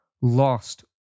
lost